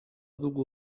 dugu